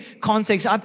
context